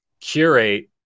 curate